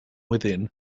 within